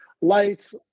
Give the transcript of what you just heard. lights